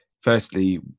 firstly